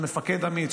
במפקד אמיץ,